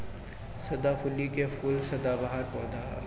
सदाफुली के फूल सदाबहार पौधा ह